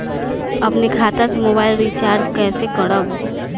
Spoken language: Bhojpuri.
अपने खाता से मोबाइल रिचार्ज कैसे करब?